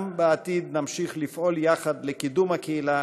גם בעתיד נמשיך לפעול יחד לקידום הקהילה